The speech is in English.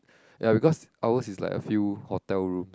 ya because ours is like a few hotel room